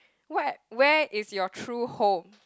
what where is your true home